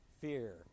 fear